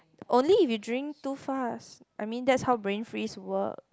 only if you drink too fast I mean that's how brain freeze work